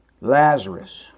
Lazarus